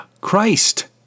Christ